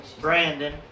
Brandon